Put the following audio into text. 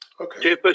Okay